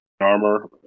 armor